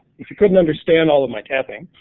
if you couldn't understand all of my tapping,